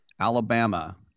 Alabama